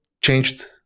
changed